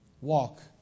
walk